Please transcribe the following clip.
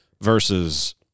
versus